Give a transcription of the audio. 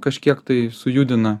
kažkiek tai sujudina